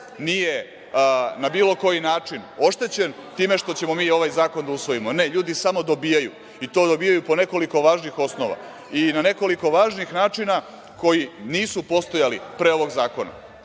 nije na bilo koji način oštećen time što ćemo mi ovaj zakon da usvojimo. Ne, ljudi samo dobijaju i to dobijaju po nekoliko važnih osnova i na nekoliko važnih načina koji nisu postojali pre ovog zakona.